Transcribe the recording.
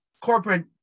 corporate